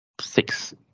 six